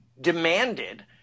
demanded